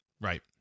right